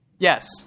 Yes